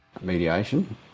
mediation